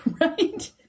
right